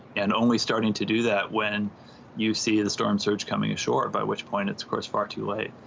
and only starting to do that when you see the storm surge coming ashore, by which point, it's, of course, far too late.